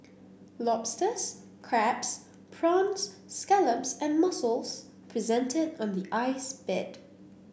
lobsters crabs prawns scallops and mussels presented on the ice bed